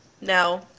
No